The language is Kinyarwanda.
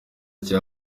cya